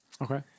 Okay